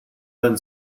then